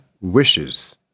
Wishes